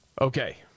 Okay